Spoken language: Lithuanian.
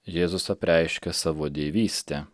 jėzus apreiškė savo dievystę